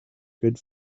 good